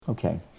Okay